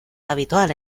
habitual